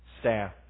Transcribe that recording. staff